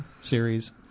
series